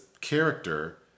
character